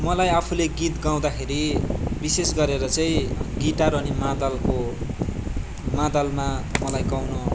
मलाई आफूले गीत गाउँदाखेरि विशेष गरेर चाहिँ गिटार अनि मादलको मादलमा मलाई गाउन